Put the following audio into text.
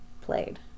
played